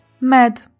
Med